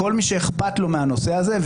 כל מי שאכפת לו מהנושא הזה,